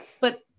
but-